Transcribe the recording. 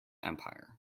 empire